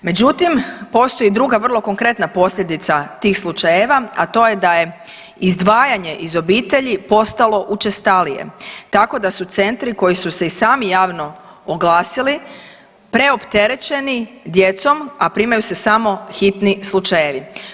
Međutim, postoji druga vrlo konkretna posljedica tih slučajeva, a to je da je izdvajanje iz obitelji postalo učestalije tako da su centri koji su se i sami javno oglasili preopterećeni djecom, a primaju se samo hitni slučajevi.